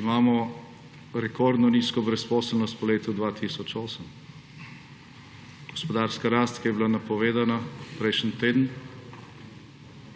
Imamo rekordno nizko brezposelnost po letu 2008. Gospodarska rast, ki je bila napovedana prejšnji teden,